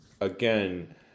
again